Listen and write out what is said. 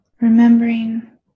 Remembering